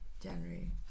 January